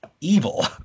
evil